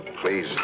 please